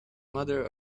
mother